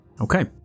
Okay